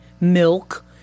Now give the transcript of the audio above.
milk